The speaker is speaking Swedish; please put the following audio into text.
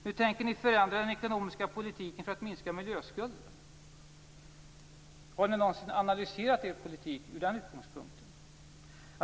Hur tänker ni förändra den ekonomiska politiken för att minska miljöskulden? Har ni någonsin analyserat er politik med den utgångspunkten?